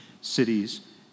cities